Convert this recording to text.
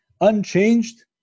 unchanged